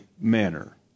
manner